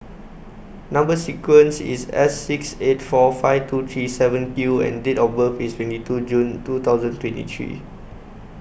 Number sequence IS S six eight four five two three seven Q and Date of birth IS twenty two June two thousand twenty three